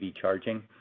charging